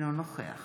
אינו נוכח